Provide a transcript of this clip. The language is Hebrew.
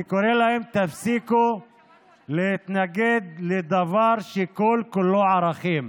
אני קורא להם: תפסיקו להתנגד לדבר שכל-כולו ערכים.